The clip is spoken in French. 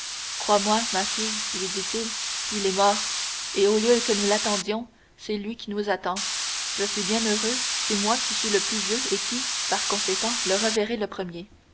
crois-moi ma fille lui dit-il il est mort et au lieu que nous l'attendions c'est lui qui nous attend je suis bien heureux c'est moi qui suis le plus vieux et qui par conséquent le reverrai le premier